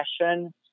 passion